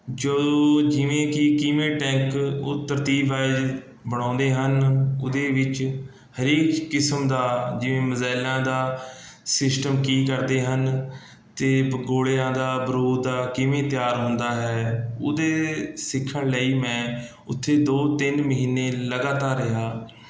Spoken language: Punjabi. ਜੋ ਜਿਵੇਂ ਕਿ ਕਿਵੇਂ ਟੈਂਕ ਉਹ ਤਰਤੀਬ ਬਣਾਉਂਦੇ ਹਨ ਉਹਦੇ ਵਿੱਚ ਹਰੇਕ ਕਿਸਮ ਦਾ ਜਿਵੇਂ ਮਿਜ਼ਾਇਲਾਂ ਦਾ ਸਿਸਟਮ ਕੀ ਕਰਦੇ ਹਨ ਅਤੇ ਗੌਲ਼ਿਆਂ ਦਾ ਬਰੂਦ ਦਾ ਕਿਵੇਂ ਤਿਆਰ ਹੁੰਦਾ ਹੈ ਉਹਦੇ ਸਿੱਖਣ ਲਈ ਮੈਂ ਉੱਥੇ ਦੋ ਤਿੰਨ ਮਹੀਨੇ ਲਗਾਤਾਰ ਰਿਹਾ